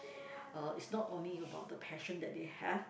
uh it's not only about the passion that they have